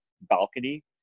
balcony